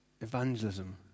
evangelism